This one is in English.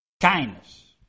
Kindness